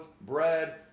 bread